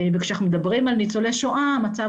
וכשאנחנו מדברים על ניצולי שואה המצב